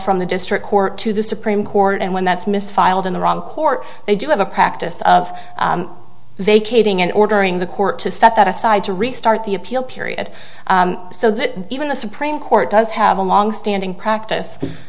from the district court to the supreme court and when that's misfiled in the wrong court they do have a practice of vacating and ordering the court to set that aside to restart the appeal period so that even the supreme court does have a longstanding practice